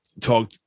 talk